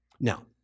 Now